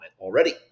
already